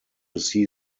see